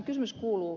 kysymys kuuluu